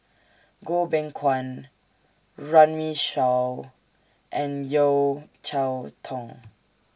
Goh Beng Kwan Runme Shaw and Yeo Cheow Tong